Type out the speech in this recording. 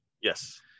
yes